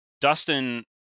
Dustin